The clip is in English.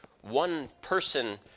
one-person